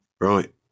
right